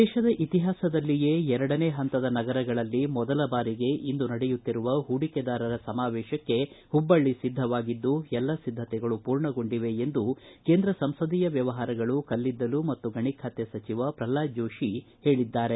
ದೇಶದ ಇತಿಹಾಸದಲ್ಲಿಯೇ ಎರಡನೇ ಹಂತದ ನಗರಗಳಲ್ಲಿ ಮೊದಲ ಬಾರಿಗೆ ಇಂದು ನಡೆಯುತ್ತಿರುವ ಹೂಡಿಕೆದಾರರ ಸಮಾವೇಶಕ್ಕೆ ಹುಬ್ಬಳ್ಳಿ ಸಜ್ಜಾಗಿದ್ದು ಸಮಾವೇಶಕ್ಕೆ ಎಲ್ಲಾ ಸಿದ್ಧತೆಗಳು ಪೂರ್ಣಗೊಂಡಿವೆ ಎಂದು ಕೇಂದ್ರ ಸಂಸದೀಯ ವ್ಯವಹಾರಗಳು ಕಳ್ಳಿದ್ದಲು ಮತ್ತು ಗಣಿ ಖಾತೆ ಸಚಿವ ಪ್ರಲ್ವಾದ ಜೋತಿ ಹೇಳದ್ದಾರೆ